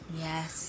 Yes